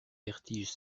vertige